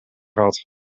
had